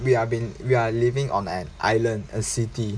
we are been we are living on an island and city